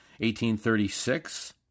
1836